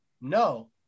No